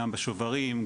גם בשוברים,